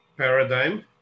paradigm